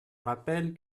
rappelle